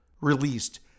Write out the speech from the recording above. released